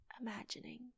imagining